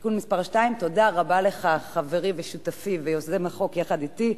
(תיקון מס' 2). תודה רבה לך חברי ושותפי ויוזם החוק יחד אתי,